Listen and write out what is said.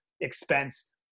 expense